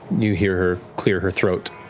you hear her clear her throat.